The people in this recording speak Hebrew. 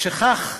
משכך,